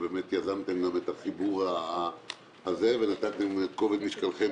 שיזמתם את החיבור הזה ושמתם את כובד משקלכם